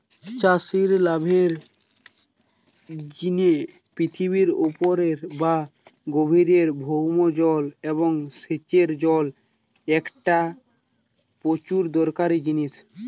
চাষির লাভের জিনে পৃথিবীর উপরের বা গভীরের ভৌম জল এবং সেচের জল একটা প্রচুর দরকারি জিনিস